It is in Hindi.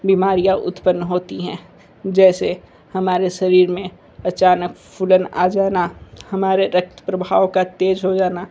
बीमारियाँ उत्पन्न होती हैं जैसे हमारे शरीर में अचानक फ़ूलन आ जाना हमारे रक्त प्रभाव का तेज हो जाना